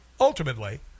ultimately